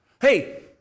Hey